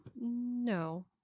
No